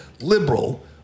liberal